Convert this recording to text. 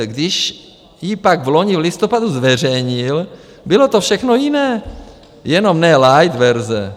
Když ji pak loni v listopadu zveřejnil, bylo to všechno jiné, jenom ne light verze.